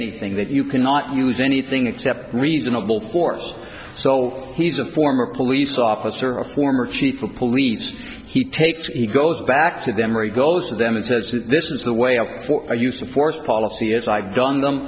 anything that you cannot use anything except reasonable force so he's a former police officer a former chief of police he takes he goes back to them or he goes to them and says this is the way i used to force policy is i've gone